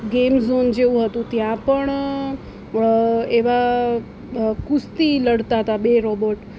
game zone જેવું હતું ત્યાં પણ એવા કુસ્તી લડતા હતા બે રોબોટ